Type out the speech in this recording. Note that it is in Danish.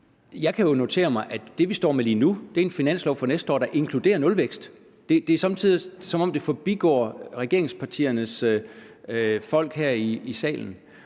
Jeg kan jo notere mig, at det, vi står med lige nu, er en finanslov for næste år, der inkluderer nulvækst. Det er somme tider, som om det forbigår regeringspartiernes folk her i salen.